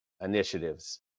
initiatives